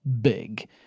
big